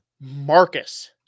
Marcus